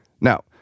Now